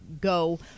go